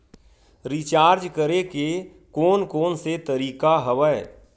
Recharge करे के कोन कोन से तरीका हवय?